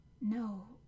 No